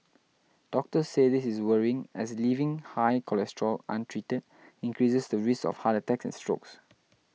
doctors say this is worrying as leaving high cholesterol untreated increases the risk of heart attacks and strokes